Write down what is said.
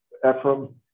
Ephraim